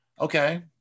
okay